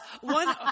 One